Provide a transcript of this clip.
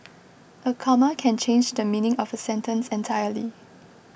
a comma can change the meaning of a sentence entirely